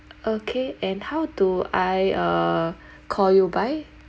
okay and how do I uh call you by